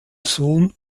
sohn